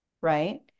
Right